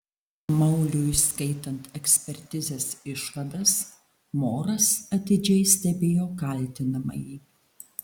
mauliui skaitant ekspertizės išvadas moras atidžiai stebėjo kaltinamąjį